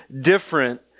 different